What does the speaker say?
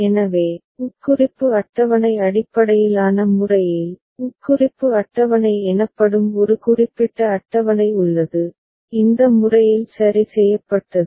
எனவே உட்குறிப்பு அட்டவணை அடிப்படையிலான முறையில் உட்குறிப்பு அட்டவணை எனப்படும் ஒரு குறிப்பிட்ட அட்டவணை உள்ளது இந்த முறையில் சரி செய்யப்பட்டது